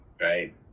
right